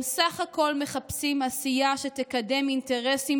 הם סך הכול מחפשים עשייה שתקדם אינטרסים